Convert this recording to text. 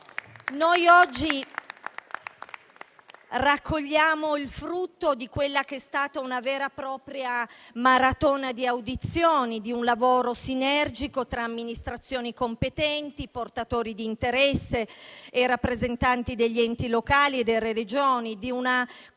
Noi oggi raccogliamo il frutto di quella che è stata una vera e propria maratona di audizioni, con un lavoro sinergico tra amministrazioni competenti, portatori di interesse e rappresentanti degli enti locali e delle Regioni, in una